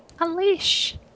Unleash